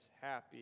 happy